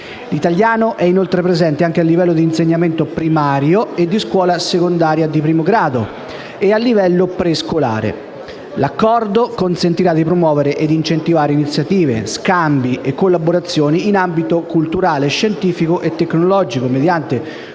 L'italiano è inoltre presente anche a livello di insegnamento primario e di scuola secondaria di primo grado e a livello prescolare. L'Accordo consentirà di promuovere ed incentivare iniziative, scambi e collaborazioni in ambito culturale, scientifico e tecnologico mediante